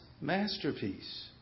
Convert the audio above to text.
masterpiece